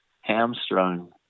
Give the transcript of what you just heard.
hamstrung